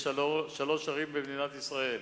יש שלוש ערים במדינת ישראל,